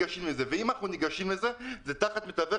ואם אנחנו ניגשים לזה זה תחת מתווך